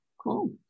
Cool